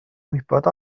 wybod